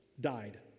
died